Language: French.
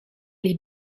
les